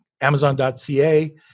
amazon.ca